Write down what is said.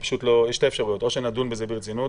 יש שתי אפשרויות: או שנדון בזה ברצינות.